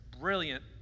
brilliant